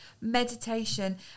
meditation